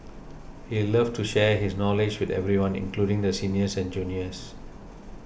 he loved to share his knowledge with everyone including the seniors and juniors